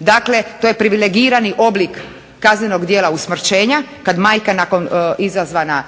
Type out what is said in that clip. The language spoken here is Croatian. Dakle, to je privilegirani oblik kaznenog djela usmrćenja kad majka izazvana